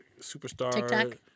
superstar